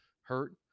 Hurt